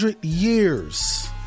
years